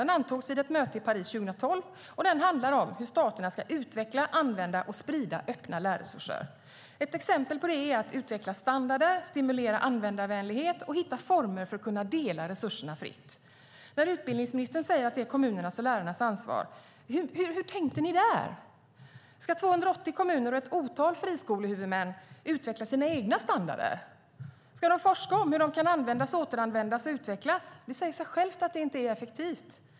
Den antogs vid ett möte i Paris 2012, och den handlar om hur staterna ska utveckla, använda och sprida öppna lärresurser. Ett exempel på det är att utveckla standarder, stimulera användarvänlighet och hitta former för att kunna dela resurserna fritt. Utbildningsministern säger att det är kommunernas och lärarnas ansvar: Hur tänkte ni där? Ska 280 kommuner och ett otal friskolehuvudmän utveckla sina egna standarder? Ska de forska om hur de kan användas, återanvändas och utvecklas? Det säger sig självt att det inte är effektivt.